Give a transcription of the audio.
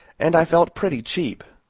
and i felt pretty cheap,